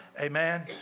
Amen